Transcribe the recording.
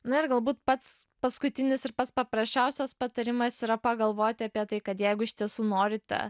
na ir galbūt pats paskutinis ir pats paprasčiausias patarimas yra pagalvoti apie tai kad jeigu iš tiesų norite